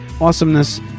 awesomeness